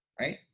right